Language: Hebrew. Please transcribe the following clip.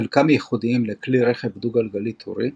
חלקם ייחודיים לכלי רכב דו גלגלי-טורי,